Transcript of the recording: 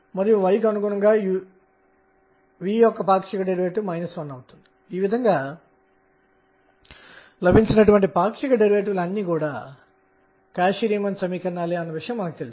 మరియు ఆ వంపు మూడవ క్వాంటం సంఖ్య ద్వారా నిర్ణయించబడుతుంది